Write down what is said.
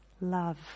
love